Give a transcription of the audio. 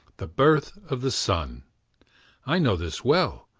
the birth of the sun i know this well,